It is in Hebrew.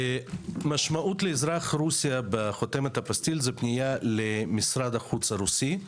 משמעות לאזרח רוסיה בחותמת אפוסטיל זה פנייה למשרד החוץ הרוסי,